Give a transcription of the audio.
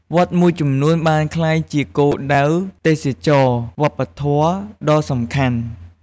វត្តមួយចំនួនបានក្លាយជាគោលដៅទេសចរណ៍វប្បធម៌ដ៏សំខាន់។